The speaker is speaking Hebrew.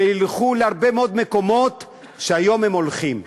שילכו להרבה מאוד מקומות שהיום הם הולכים אליהם.